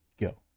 Go